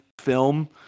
film